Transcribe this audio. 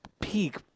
peak